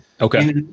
Okay